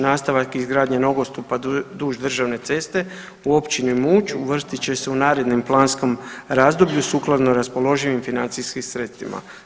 Nastavak izgradnje nogostupa duž državne ceste u općini Muč uvrstit će se u narednom planskom razdoblju sukladno raspoloživim financijskim sredstvima.